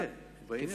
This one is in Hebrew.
היא תהיה, היא בעניין.